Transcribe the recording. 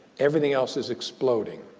everything else is exploding.